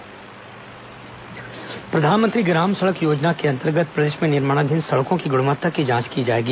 प्रधानमंत्री ग्राम सड़क योजना प्रधानमंत्री ग्राम सड़क योजना के अंतर्गत प्रदेश में निर्माणाधीन सड़कों की ग्रणवत्ता की जांच होगी